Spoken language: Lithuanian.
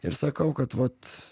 ir sakau kad vat